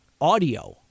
audio